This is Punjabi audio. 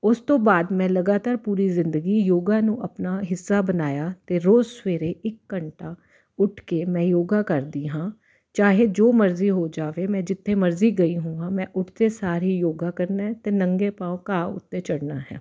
ਉਸ ਤੋਂ ਬਾਅਦ ਮੈਂ ਲਗਾਤਾਰ ਪੂਰੀ ਜ਼ਿੰਦਗੀ ਯੋਗਾ ਨੂੰ ਅਪਣਾ ਹਿੱਸਾ ਬਣਾਇਆ ਅਤੇ ਰੋਜ਼ ਸਵੇਰੇ ਇੱਕ ਘੰਟਾ ਉੱਠ ਕੇ ਮੈਂ ਯੋਗਾ ਕਰਦੀ ਹਾਂ ਚਾਹੇ ਜੋ ਮਰਜ਼ੀ ਹੋ ਜਾਵੇ ਮੈਂ ਜਿੱਥੇ ਮਰਜ਼ੀ ਗਈ ਹੋਵਾਂ ਮੈਂ ਉੱਠਦੇ ਸਾਰ ਹੀ ਯੋਗਾ ਕਰਨਾ ਅਤੇ ਨੰਗੇ ਪੈਰ ਘਾਹ ਉੱਤੇ ਚੜ੍ਹਨਾ ਹੈ